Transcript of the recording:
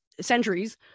centuries